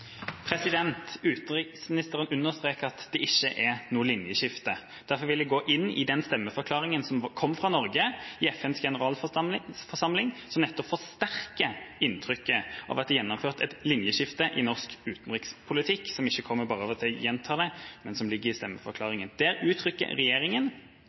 Utenriksministeren understreker at det ikke er noe linjeskifte. Derfor vil jeg gå inn i den stemmeforklaringa som kom fra Norge i FNs generalforsamling, som nettopp forsterker inntrykket av at det er gjennomført et linjeskifte i norsk utenrikspolitikk, som ikke kommer bare av at jeg gjentar det, men som ligger i stemmeforklaringa. Der uttrykker